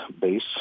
base